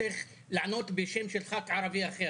צריך לענות בשם של חבר כנסת ערבי אחר.